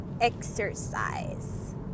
exercise